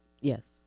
Yes